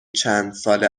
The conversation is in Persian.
چندسال